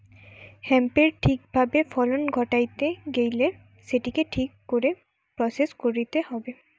হেম্পের ঠিক ভাবে ফলন ঘটাইতে গেইলে সেটিকে ঠিক করে প্রসেস কইরতে হবে